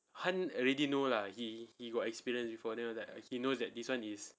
han already know lah he he got experience before then after that he knows that this [one] is